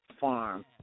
Farm